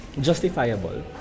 justifiable